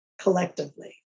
collectively